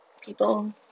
people